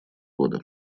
года